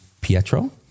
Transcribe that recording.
Pietro